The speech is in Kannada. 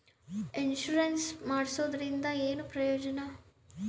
ಇನ್ಸುರೆನ್ಸ್ ಮಾಡ್ಸೋದರಿಂದ ಏನು ಪ್ರಯೋಜನ?